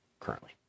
Currently